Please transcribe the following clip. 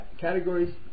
categories